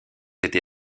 été